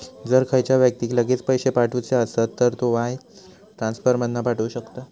जर खयच्या व्यक्तिक लगेच पैशे पाठवुचे असत तर तो वायर ट्रांसफर मधना पाठवु शकता